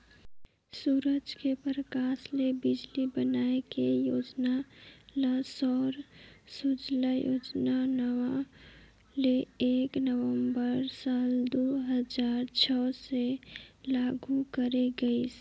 सूरज के परकास ले बिजली बनाए के योजना ल सौर सूजला योजना नांव ले एक नवंबर साल दू हजार छै से लागू करे गईस